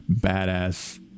badass